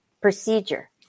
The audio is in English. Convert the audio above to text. procedure